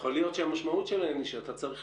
יכול להיות שהמשמעות שלהם היא שאתה צריך